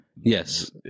Yes